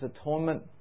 atonement